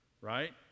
right